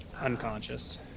Unconscious